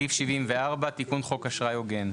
סעיף 74 תיקון חוק אשראי הוגן.